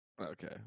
Okay